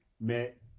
mais